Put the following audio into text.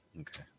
Okay